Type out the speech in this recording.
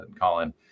Colin